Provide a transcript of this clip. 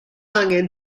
angen